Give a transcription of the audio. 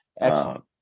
excellent